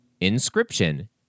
inscription